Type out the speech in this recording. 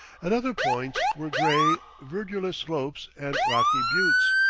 at other points were gray, verdureless slopes and rocky buttes,